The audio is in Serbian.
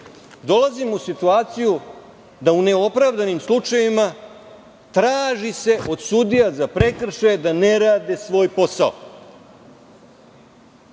dolazilo u situaciju da u neopravdanim slučajevima, traži se od sudija za prekršaje da ne rade svoj posao.